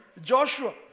Joshua